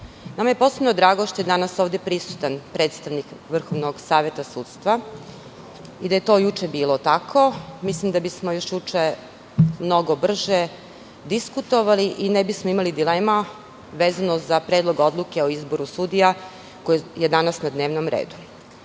nama je posebno drago što je danas ovde prisutan predstavnik Vrhovnog saveta sudstva. Da je to juče bilo tako, mislim da bismo još juče mnogo brže diskutovali, i ne bismo imali dilema, vezano za predlog odluke o izboru sudija koji je danas na dnevnom redu. Vi